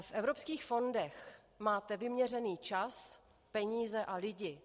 V evropských fondech máte vyměřený čas, peníze a lidi.